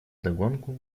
вдогонку